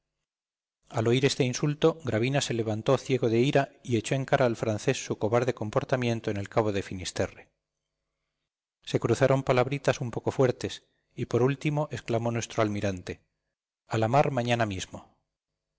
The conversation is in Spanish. al oír este insulto gravina se levantó ciego de ira y echó en cara al francés su cobarde comportamiento en el cabo de finisterre se cruzaron palabritas un poco fuertes y por último exclamó nuestro almirante a la mar mañana mismo